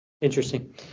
Interesting